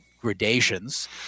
gradations